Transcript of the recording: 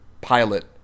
pilot